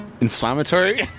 inflammatory